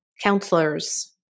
counselors